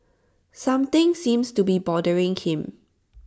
something seems to be bothering him